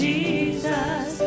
Jesus